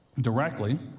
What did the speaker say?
directly